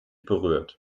berührt